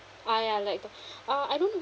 ah ya like the uh I don't